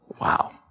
Wow